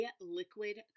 Liquid